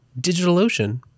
DigitalOcean